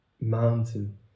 Mountain